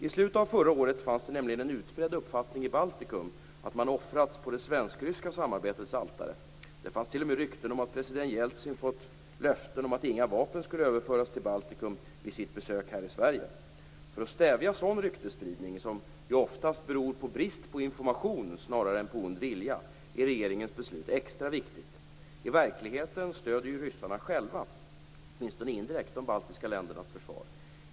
I slutet av förra året fanns det nämligen en utbredd uppfattning i Baltikum att man offrats på det svenskryska samarbetets altare. Det fanns t.o.m. rykten om att president Jeltsin fått löften om att inga vapen skulle överföras till Baltikum vid sitt besök här i Sverige. För att stävja sådan ryktesspridning, som oftast beror på brist på information snarare än på ond vilja, är regeringens beslut extra viktigt. I verkligheten stöder ju ryssarna själva, åtminstone indirekt, de baltiska ländernas försvar.